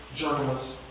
journalists